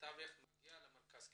המתווך מגיע למרכז הקליטה,